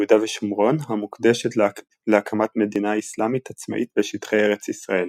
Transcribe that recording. יהודה ושומרון המוקדשת להקמת מדינה אסלאמית עצמאית בשטחי ארץ ישראל.